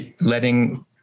letting